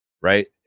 right